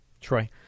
Troy